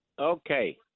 Okay